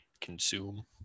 consume